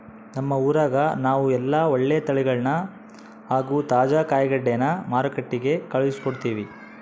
ನಮ್ಮ ಊರಗ ನಾವು ಎಲ್ಲ ಒಳ್ಳೆ ತಳಿಗಳನ್ನ ಹಾಗೂ ತಾಜಾ ಕಾಯಿಗಡ್ಡೆನ ಮಾರುಕಟ್ಟಿಗೆ ಕಳುಹಿಸಿಕೊಡ್ತಿವಿ